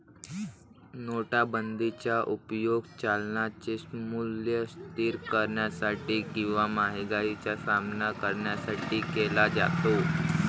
नोटाबंदीचा उपयोग चलनाचे मूल्य स्थिर करण्यासाठी किंवा महागाईचा सामना करण्यासाठी केला जातो